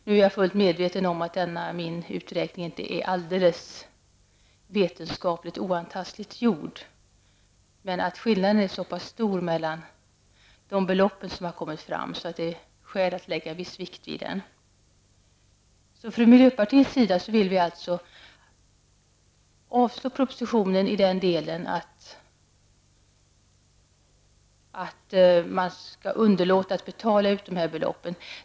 Nu är jag fullt medveten om att denna uträkning inte är alldeles vetenskapligt oantastligt gjord, men att skillnaden är så pass så stor mellan de belopp som vi har kommit fram till gör att det finns skäl till att lägga viss vikt vid den. Från miljöpartiets sida vill vi alltså avstyrka propositionen i den del som innebär att man skall underlåta att betala ut små belopp.